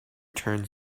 turn